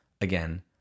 again